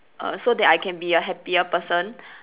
uh so that I can be a happier person